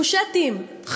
ריקושטים,